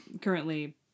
currently